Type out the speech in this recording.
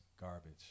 garbage